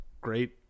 great